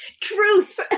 Truth